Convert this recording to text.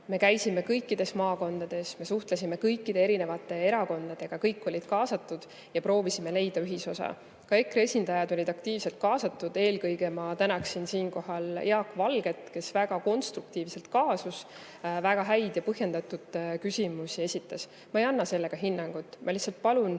me käisime kõikides maakondades, me suhtlesime kõikide erakondadega – kõik olid kaasatud – ja proovisime leida ühisosa. Ka EKRE esindajad olid aktiivselt kaasatud. Eelkõige ma tänaksin siinkohal Jaak Valget, kes väga konstruktiivselt kaasus, väga häid ja põhjendatud küsimusi esitas. Ma ei anna sellega hinnangut, ma lihtsalt palun